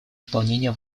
выполнения